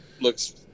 looks